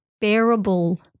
Bearable